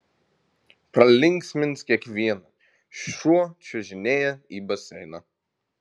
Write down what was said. pralinksmins kiekvieną šuo čiuožinėja į baseiną